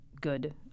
Good